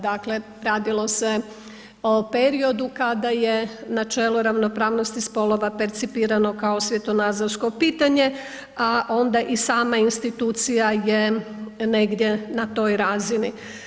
Dakle, radilo se o periodu kada je načelo ravnopravnosti spolova percipirano kao svjetonazorsko pitanja a onda i sama institucija je negdje na toj razini.